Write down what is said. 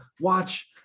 watch